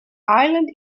island